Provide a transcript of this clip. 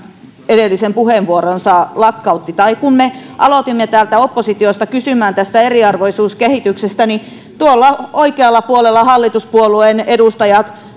edellisen puheenvuoronsa lakkautti tai kun me aloitimme täältä oppositiosta kysymään tästä eriarvoisuuskehityksestä niin tuolla oikealla puolella hallituspuolueen edustajat